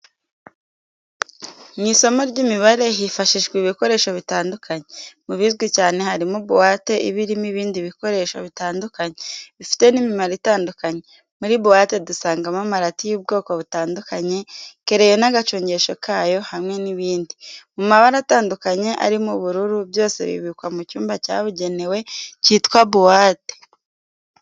Mu isomo ry'imibare hifashishwa ibikoresho bitandukanye. Mu bizwi cyane harimo buwate iba irimo ibindi bikoresho bitandukanye, bifite n'imimaro itandukanye. Muri buwate dusangamo amarati y'ubwoko butandukanye, kereyo n'agacongesho kayo, hamwe n'ibindi. Mu mabara atandukanye arimo ubururu, byose bibikwa mu cyuma cyabugenewe cyitwa buwate.